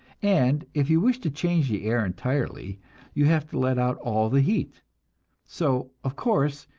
and if you wish to change the air entirely you have to let out all the heat so, of course,